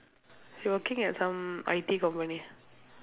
she working at some I_T company